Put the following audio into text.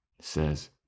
says